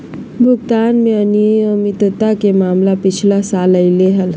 भुगतान में अनियमितता के मामला पिछला साल अयले हल